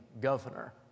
governor